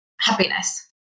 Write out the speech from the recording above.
happiness